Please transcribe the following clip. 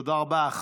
תודה רבה.